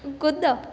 कूदो